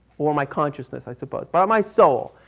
or my consciousness i suppose. but my soul.